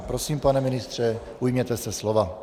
Prosím, pane ministře, ujměte se slova.